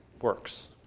works